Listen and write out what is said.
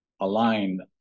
aligned